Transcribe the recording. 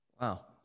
Wow